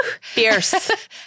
fierce